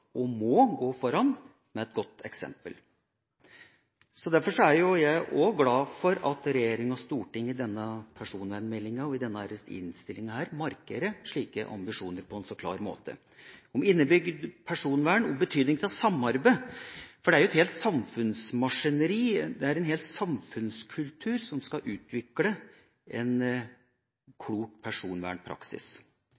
gå foran med et godt eksempel. Derfor er jeg også glad for at regjering og storting i denne personvernmeldinga og denne innstillinga markerer slike ambisjoner på en så klar måte, om innebygd personvern og betydning av samarbeid – for det er jo et helt samfunnsmaskineri, en hel samfunnskultur, som skal utvikle en